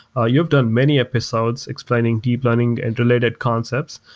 ah you've done many episodes explaining deep learning and related concepts.